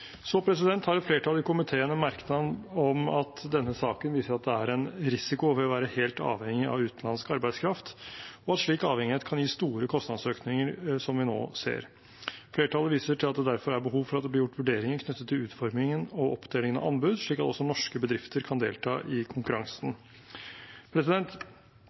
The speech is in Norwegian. i komiteen en merknad om at denne saken viser at det er en risiko ved å være helt avhengig av utenlandsk arbeidskraft, og at slik avhengighet kan gi store kostnadsøkninger, som vi nå ser. Flertallet viser til at det derfor er behov for å få gjort vurderinger knyttet til utformingen og oppdelingen av anbud, slik at også norske bedrifter kan delta i konkurransen.